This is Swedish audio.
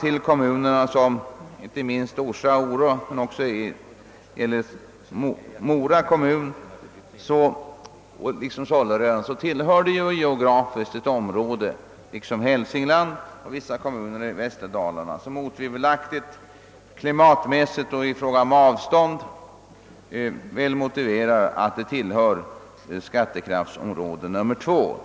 Inte minst Orsa, Ore och Sollerö landskommuner tillhör geografiskt samma område, liksom Hälsingland gör och vissa kommuner i Västerdalarna, vilket otvivelaktigt såväl klimatmässigt som i fråga om avstånd väl motiverar att de tillhör skattekraftsområde 2.